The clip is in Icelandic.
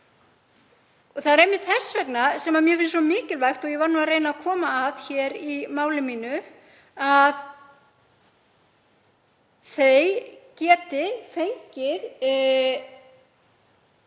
Það er einmitt þess vegna sem mér finnst svo mikilvægt, og ég var að reyna að koma að hér í máli mínu, að þau geti fengið